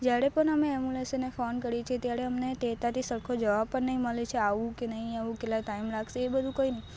જ્યારે પણ એમ્બુલન્સને ફોન કરીએ છીએ ત્યારે અમને તે ત્યાંથી સરખો જવાબ પણ નહીં મળે છે કે આવું કે નહીં આવું કેટલા ટાઈમ લાગશે એ બધું કંઈ નહીં